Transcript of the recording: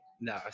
No